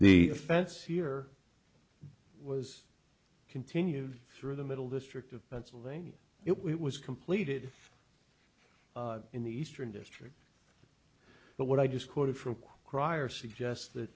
the offense here was continued through the middle district of pennsylvania it was completed in the eastern district but what i just quoted from crier suggest